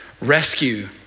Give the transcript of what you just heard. rescue